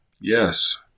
yes